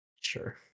Sure